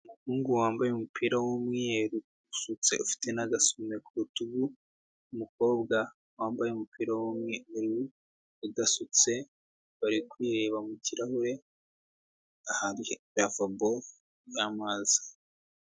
Umuhungu wambaye umupira w'umweru usutse, ufite n'agasume ku rutugu, umukobwa wambaye umupira w'umweru udasutse, bari kwireba mu kirahure ahari lavabo y'amazi.